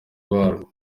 barwo